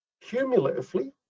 cumulatively